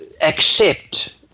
accept